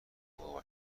حقوق